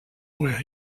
where